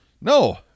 No